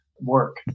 Work